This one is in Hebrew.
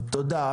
תודה.